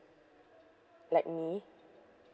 like me